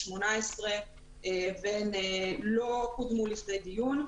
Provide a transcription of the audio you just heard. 2018 והן לא קודמו לפני דיון.